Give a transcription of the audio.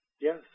Yes